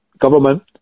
government